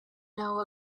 know